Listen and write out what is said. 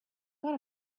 got